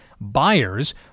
buyers